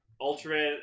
ultra